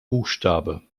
buchstabe